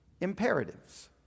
imperatives